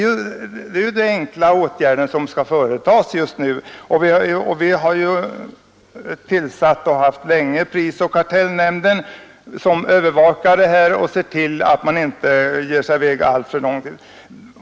Sedan länge har vi haft prisoch kartellnämnden som övervakare för att se till att man inte går för långt i det här avseendet.